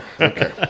Okay